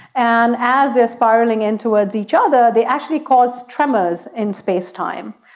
and as they are spiralling in towards each other they actually cause tremors in space time,